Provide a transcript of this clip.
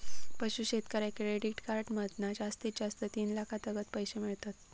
पशू शेतकऱ्याक credit card मधना जास्तीत जास्त तीन लाखातागत पैशे मिळतत